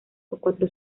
cuatro